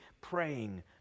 praying